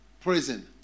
prison